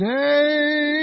day